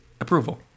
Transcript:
approval